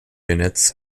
units